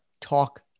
talk